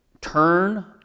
turn